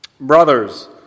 Brothers